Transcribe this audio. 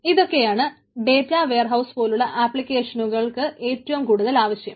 ഇതൊക്കെയാണ് ഡേറ്റവെയർഹൌസ് പോലുള്ള ആപ്ലിക്കേഷനുകൾക്ക് ഏറ്റവും കൂടുതൽ ആവശ്യം